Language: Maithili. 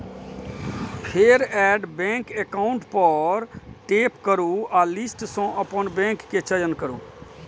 फेर एड बैंक एकाउंट पर टैप करू आ लिस्ट सं अपन बैंक के चयन करू